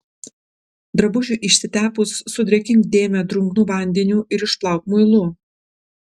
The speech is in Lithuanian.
drabužiui išsitepus sudrėkink dėmę drungnu vandeniu ir išplauk muilu